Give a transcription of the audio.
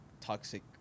toxic